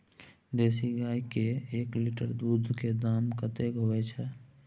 देसी गाय के एक लीटर दूध के दाम कतेक होय छै?